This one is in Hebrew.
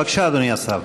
בבקשה, אדוני השר.